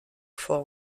vor